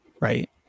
Right